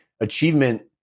achievement